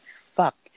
fuck